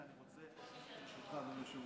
רגע.